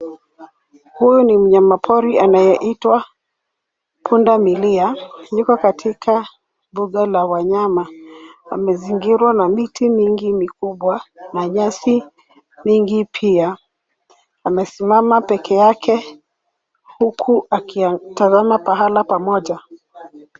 Huyu ni myamapori anayeitwa punda milia, yuko katika mbuga la wanyama, amezingirwa na miti mingi mikubwa na nyasi nyingi pia. Amesimama peke yake huku akiyatazama pahala pamoja.